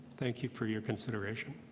thank you for your consideration